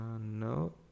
no